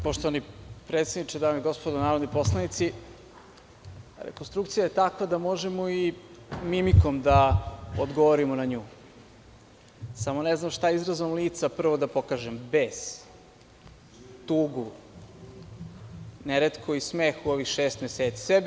Poštovani predsedniče, dame i gospodo narodni poslanici, rekonstrukcija je takva da možemo i mimikom da odgovorimo na nju, samo ne znam šta izrazom lica prvo da pokažem – bes, tugu, ne retko i smeh u ovih šest meseci.